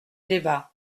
débat